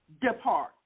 depart